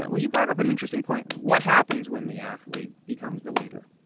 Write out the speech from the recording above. but well, you brought up an interesting point. what happens when the athlete becomes the leader.